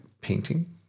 painting